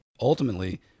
Ultimately